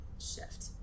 shift